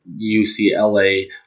UCLA